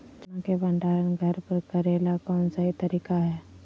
चना के भंडारण घर पर करेले कौन सही तरीका है?